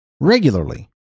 regularly